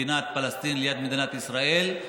מדינת פלסטין ליד מדינת ישראל,